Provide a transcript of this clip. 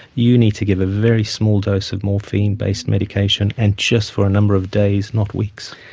you need to give a very small dose of morphine-based medication, and just for a number of days, not weeks.